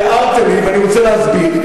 הערת לי ואני רוצה להסביר.